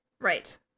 Right